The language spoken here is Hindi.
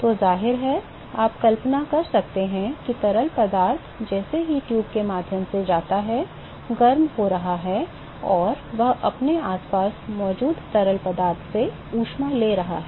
तो जाहिर है आप कल्पना कर सकते हैं कि तरल पदार्थ जैसे ही ट्यूब के माध्यम से जाता है गर्म हो रहा है और यह अपने आसपास मौजूद तरल पदार्थ से ऊष्मा ले रहा है